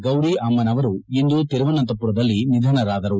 ಗೌರಿ ಅಮ್ನನವರು ಇಂದು ತಿರುವಂತಮರದಲ್ಲಿ ನಿಧನರಾದರು